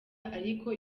ariko